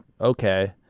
okay